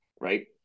right